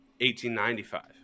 1895